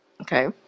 Okay